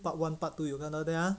part one part two 有看到对吗